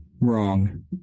Wrong